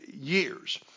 years